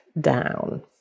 down